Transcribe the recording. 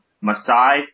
Masai